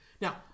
Now